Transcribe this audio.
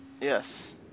yes